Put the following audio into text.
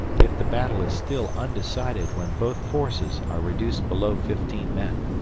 if the battle is still undecided when both forces are reduced below fifteen men,